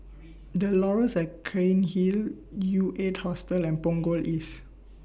The Laurels At Cairnhill U eight Hostel and Punggol East